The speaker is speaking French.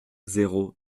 zéro